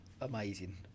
amazing